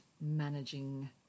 managing